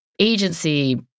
agency